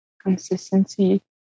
Consistency